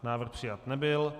Návrh přijat nebyl.